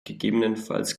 gegebenenfalls